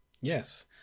Yes